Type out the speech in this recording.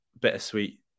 bittersweet